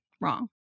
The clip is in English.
wrong